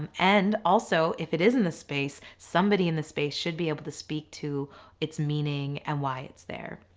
and and also if it is in a space somebody in the space should be able to speak to its meaning and why it's there.